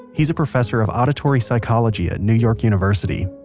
he's a professor of auditory psychology at new york university.